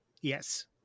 Yes